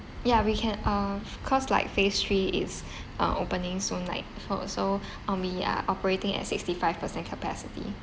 ya we can uh f~ cause like phase three is uh opening soon like f~ uh so um we are operating at sixty five percent capacity